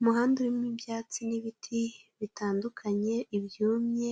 Umuhanda urimo ibyatsi n'ibiti bitandukanye, ibyumye